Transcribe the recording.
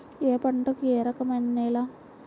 ఏ పంటకు ఏ రకమైన నేల?